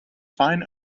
fine